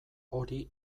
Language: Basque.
hori